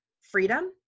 freedom